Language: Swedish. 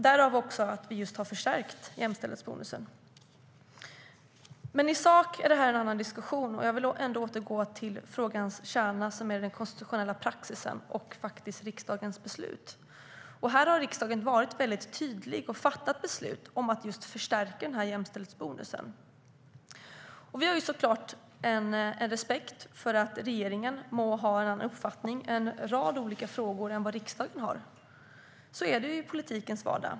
Därför har vi just förstärkt jämställdhetsbonusen. Vi har såklart respekt för att regeringen må ha en annan uppfattning i en rad olika frågor än vad riksdagen har. Så är det ju i politikens vardag.